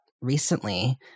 recently